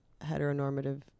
heteronormative